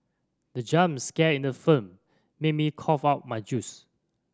the jump scare in the film made me cough out my juice